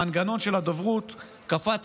המנגנון של הדוברות קפץ